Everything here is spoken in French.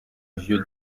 vieu